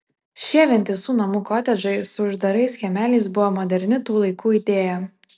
šie vientisų namų kotedžai su uždarais kiemeliais buvo moderni tų laikų idėja